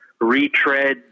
retread